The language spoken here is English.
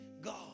God